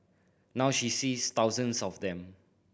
now she sees thousands of them